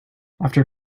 after